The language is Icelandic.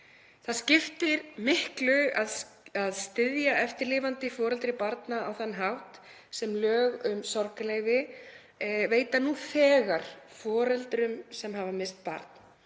Það skiptir miklu að styðja eftirlifandi foreldri barna á þann hátt sem lög um sorgarleyfi veita nú þegar foreldrum sem hafa misst barn